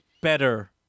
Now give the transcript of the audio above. better